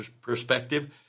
perspective